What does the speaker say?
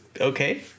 Okay